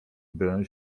byłem